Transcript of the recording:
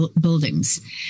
buildings